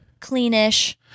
cleanish